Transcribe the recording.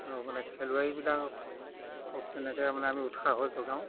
আৰু মানে খেলুৱৈবিলাকক তেনেকৈ মানে আমি উৎসাহো যোগাওঁ